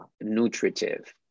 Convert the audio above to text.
nutritive